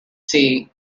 sea